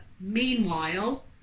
meanwhile